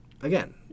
Again